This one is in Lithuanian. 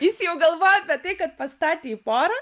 jis jau galvojo apie tai kad pastatė į porą